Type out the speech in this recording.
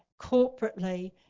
corporately